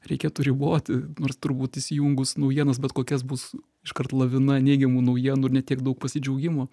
reikėtų riboti nors turbūt įsijungus naujienas bet kokias bus iškart lavina neigiamų naujienų ir ne tiek daug pasidžiaugimo